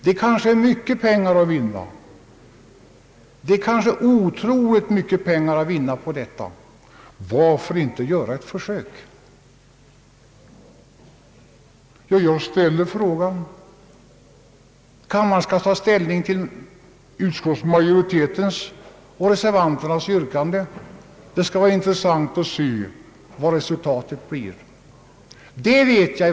Det kanske är enormt mycket pengar att vinna på detta, så varför inte göra ett försök? Kammaren skall ta ställning till utskottsmajoritetens och reservanternas yrkanden. Det skall bli intressant att se resultatet.